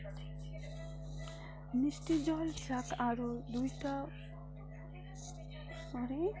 মিষ্টি জল যাক আরও দুইটা উপবিভাগত যুদা করাং যাই ঠান্ডা জল ও গরম জল